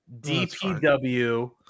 DPW